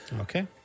Okay